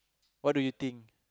what do you think